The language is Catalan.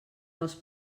dels